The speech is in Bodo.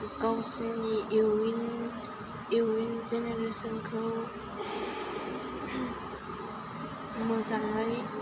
गावसोरनि इयुन इयुन जेनेरेसनखौ मोजाङै